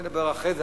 על זה נדבר אחרי זה.